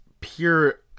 pure